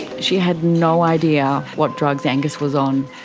she had no idea what drugs angus was on.